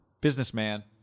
businessman